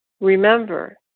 Remember